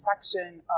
section